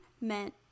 meant